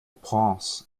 prince